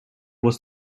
was